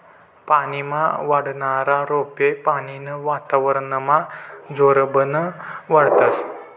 पानीमा वाढनारा रोपे पानीनं वातावरनमा जोरबन वाढतस